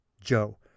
Joe